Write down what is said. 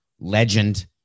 legend